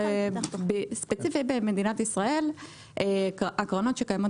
ספציפי במדינת ישראל הקרנות שקיימות